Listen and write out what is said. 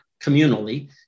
communally